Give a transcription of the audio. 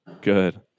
Good